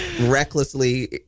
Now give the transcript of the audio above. recklessly